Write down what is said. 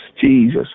Jesus